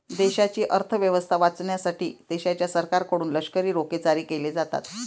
देशाची अर्थ व्यवस्था वाचवण्यासाठी देशाच्या सरकारकडून लष्करी रोखे जारी केले जातात